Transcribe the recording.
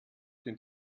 den